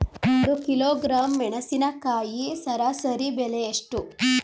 ಒಂದು ಕಿಲೋಗ್ರಾಂ ಮೆಣಸಿನಕಾಯಿ ಸರಾಸರಿ ಬೆಲೆ ಎಷ್ಟು?